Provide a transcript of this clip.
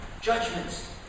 Judgments